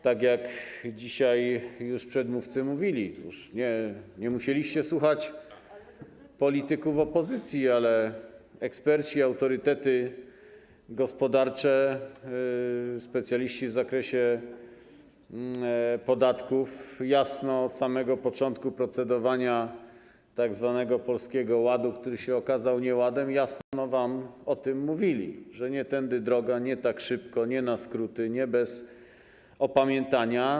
Tak jak dzisiaj już przedmówcy mówili, nie musieliście słuchać polityków opozycji, ale eksperci, autorytety gospodarcze, specjaliści w zakresie podatków od samego początku procedowania nad tzw. Polskim Ładem, który się okazał nieładem, jasno wam mówili o tym, że nie tędy droga, nie tak szybko, nie na skróty, nie bez opamiętania.